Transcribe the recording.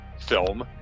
film